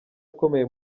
akomeye